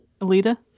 Alita